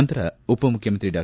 ನಂತರ ಉಪಮುಖ್ಕಮಂತ್ರಿ ಡಾ